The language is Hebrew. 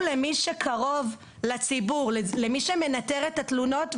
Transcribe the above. תדאגו ל-800,000 מתושבי מטרופולין חיפה.